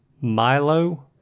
milo